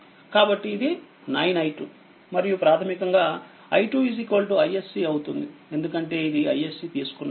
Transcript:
కాబట్టిఇది9i2 మరియు ప్రాథమికంగా i2iSC అవుతుందిఎందుకంటే ఇదిiSC తీసుకున్నాను